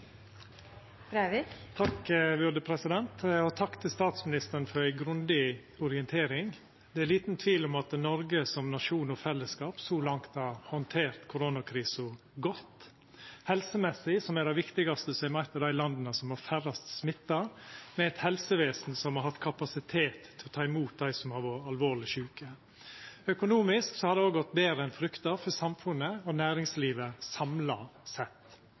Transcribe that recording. liten tvil om at Noreg som nasjon og fellesskap så langt har handtert koronakrisa godt, helsemessig, som er det viktigaste, som eit av dei landa som har færrast smitta, og med eit helsevesen som har hatt kapasitet til å ta imot dei som har vore alvorleg sjuke. Økonomisk har det gått betre enn frykta for samfunnet og næringslivet samla sett.